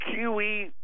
QE